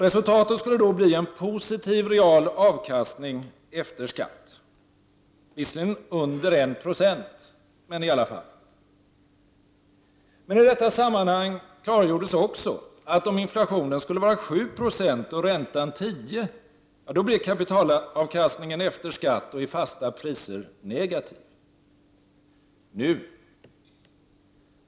Resultatet skulle då bli en positiv real avkastning efter skatt, visserligen på under 1 96, men i alla fall. Men i detta sammanhang klargjordes också att om inflationen skulle vara 7 90 och räntan 10 96, blev kapitalavkastningen efter skatt och i fasta priser negativ.